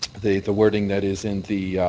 the the wording that is in the